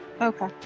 Okay